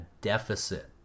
deficit